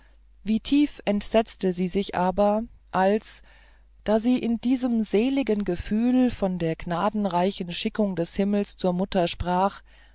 wie tief entsetzte sie sich aber als da sie in diesem seligen gefühl von der gnadenreichen schickung des himmels zur mutter sprach